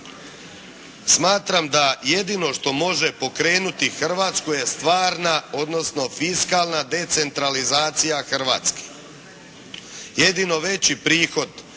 Smatram da jedino što može pokrenuti Hrvatsku je stvarna, odnosno fiskalna decentralizacija Hrvatske. jedino veći prihod